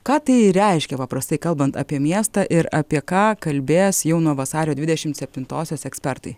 ką tai reiškia paprastai kalbant apie miestą ir apie ką kalbės jau nuo vasario dvidešimt septintosios ekspertai